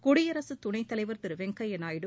குடியரசு துணைத்தலைவர் திரு வெங்கையா நாயுடு